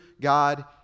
God